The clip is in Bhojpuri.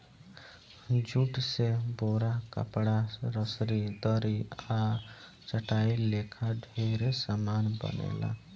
जूट से बोरा, कपड़ा, रसरी, दरी आ चटाई लेखा ढेरे समान बनेला